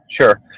sure